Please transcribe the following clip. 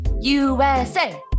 USA